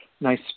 nice